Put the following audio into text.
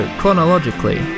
chronologically